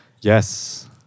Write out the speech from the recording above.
Yes